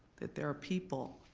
that there are people